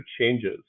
changes